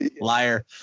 Liar